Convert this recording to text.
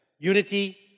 Unity